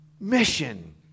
Mission